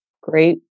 great